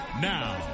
Now